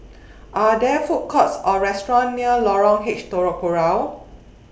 Are There Food Courts Or restaurants near Lorong H Telok Kurau